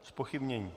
Zpochybnění.